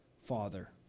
father